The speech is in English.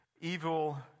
evil